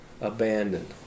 abandoned